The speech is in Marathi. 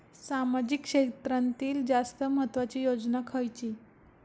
सामाजिक क्षेत्रांतील जास्त महत्त्वाची योजना खयची?